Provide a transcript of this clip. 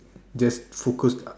just focus uh